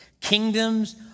Kingdoms